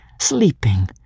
sleeping